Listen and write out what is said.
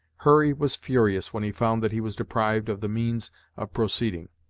hurry was furious when he found that he was deprived of the means of proceeding.